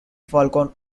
falcone